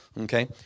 okay